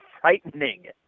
frightening